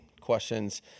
questions